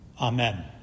Amen